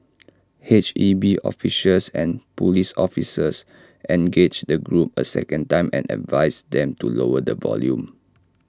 H E B officials and Police officers engaged the group A second time and advised them to lower the volume